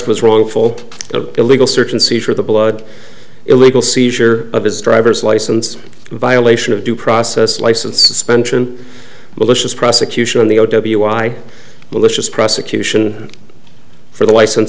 was wrongful an illegal search and seizure of the blood illegal seizure of his driver's license violation of due process license suspension malicious prosecution on the o w i malicious prosecution for the license